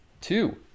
Two